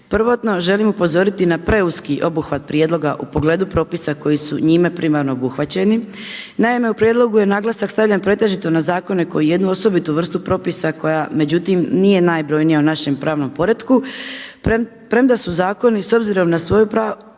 Prvotno želim upozoriti na preuski obuhvat prijedloga u pogledu propisa koji su njime primarno obuhvaćeni. Naime, u prijedlogu je naglasak stavljen pretežito na zakone koji jednu osobitu vrstu propisa koja međutim nije najbrojnija u našem pravnom poretku, premda su zakoni s obzirom na svoju pravnu